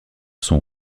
son